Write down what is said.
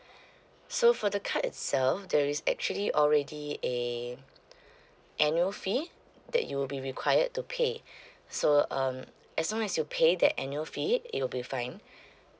so for the card itself there is actually already a annual fee that you will be required to pay so um as long as you pay their annual fee it will be fine